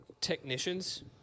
technicians